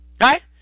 right